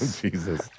Jesus